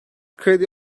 kredi